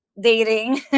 dating